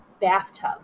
bathtub